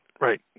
right